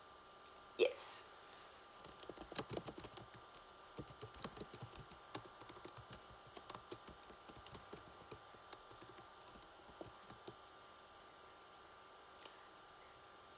yes